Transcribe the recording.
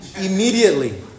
Immediately